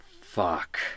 Fuck